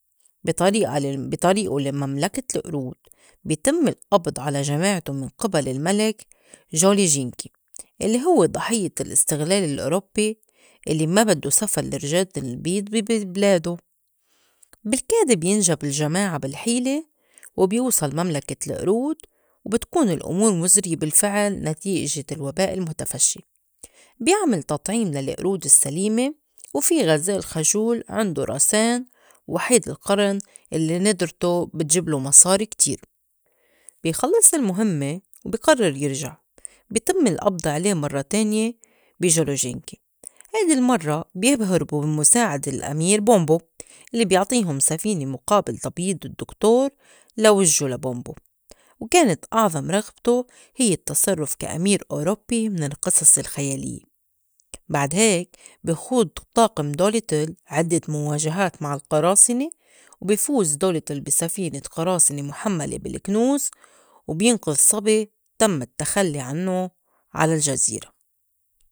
بي- طريئة- لم- بي طريئو لمملكة القرود بي تم القبض على جماعته من قِبَل الملك جولي جينكي الّي هوّ ضحيّة الاستغلال الأوروبي الليّ ما بدّو سفر الرجال البيض بي- بي- بِلاده. بالكاد بينجى بالجماعة بالحيلة وبيوصَل مملكة القرود وبتكون الأمور مُزرية بالفعل نتيجة الوباء المُتفشّي، بيعمل تطعيم للقرود السّليمة وفي غَزال خَجول عِنْدو راسين وحيد القرِن اللّي ندرته بتجبلو مصاري كتير، بي خلّص المُهِمّة وبي قرّر يرجع بي تِم القبض عليه مرّة تانية بي جيلو جنكي هيدي المرّة بيهربو بي مُساعدة الأمير بومبو لّي بيعطيهن سفينة مُقابل تبيض الدّكتور لا وِجّو لا بومبو وكانت أعظم رغِبتو هيّ التصرُّف كأمير أوروبي من القصص الخياليّة. بعد هيك بي خوض طاقَم دوليتل عدّة مواجهات مع القراصِنة و بي فوز دوليتل بي سفينة قراصِنة مُحمّلة بالكُنوز و بينقذ صبي تم التخلّي عنّو على الجزيرة.